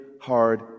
hard